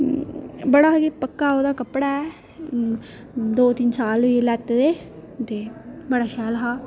ते बड़ा पक्का ओह्दा कपड़ा ऐ दो तिन्न साल होए लैते दे ते बड़ा शैल हा